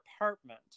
apartment